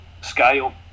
scale